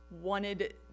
wanted